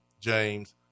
James